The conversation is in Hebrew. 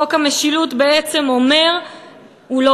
חוק המשילות בעצם לא עוסק,